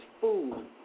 food